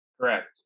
correct